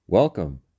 Welcome